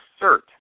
assert